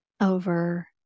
over